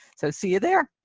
so see you there!